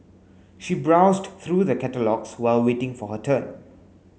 she browsed through the catalogues while waiting for her turn